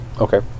Okay